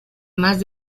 más